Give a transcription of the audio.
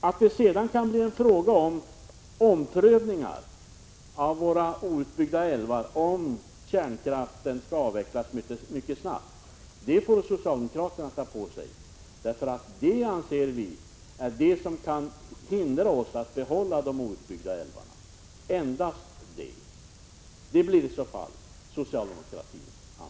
Att det sedan kan bli fråga om omprövningar när det gäller våra outbyggda älvar, om kärnkraften skall avvecklas mycket snabbt, är någonting som socialdemokraterna får ta på sig. Det är det enda som kan hindra oss från att behålla älvarna outbyggda, och det blir som sagt i så fall socialdemokratins ansvar.